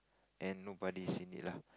and nobody is in it lah